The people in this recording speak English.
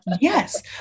Yes